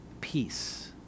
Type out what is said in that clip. peace